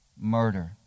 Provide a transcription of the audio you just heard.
murder